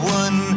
one